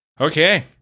Okay